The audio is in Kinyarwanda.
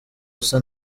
usa